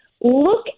look